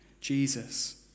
Jesus